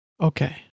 okay